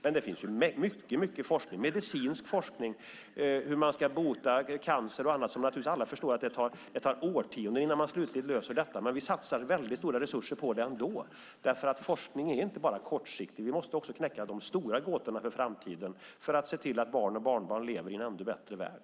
Men det finns mycket långsiktig forskning, bland annat medicinsk forskning, till exempel hur man ska bota cancer och annat. Alla förstår naturligtvis att det tar årtionden innan man slutligt löser detta. Men vi satsar mycket stora resurser på det ändå därför att forskning inte bara är kortsiktig. Vi måste också knäcka de stora gåtorna för framtiden för att se till att barn och barnbarn lever i en ännu bättre värld.